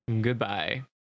Goodbye